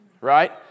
Right